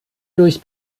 durch